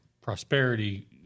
prosperity